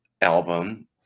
album